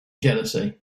jealousy